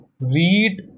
read